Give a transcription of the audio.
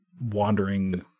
wandering